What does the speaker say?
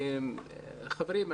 חברים,